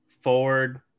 forward